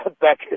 back